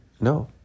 No